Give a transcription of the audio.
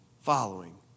following